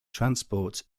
transport